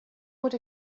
would